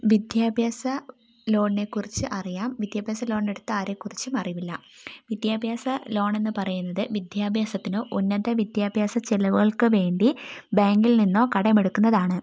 വിദ്യാഭ്യാസ ലോണിനെക്കുറിച്ച് അറിയാം വിദ്യാഭ്യാസ ലോണെടുത്ത ആരെക്കുറിച്ചും അറിവില്ല വിദ്യാഭ്യാസ ലോണെന്നു പറയുന്നത് വിദ്യാഭ്യാസത്തിനോ ഉന്നത വിദ്യാഭ്യാസ ചിലവുകൾക്കോ വേണ്ടി ബാങ്കിൽ നിന്നോ കടമെടുക്കുന്നതാണ്